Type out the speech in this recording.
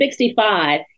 65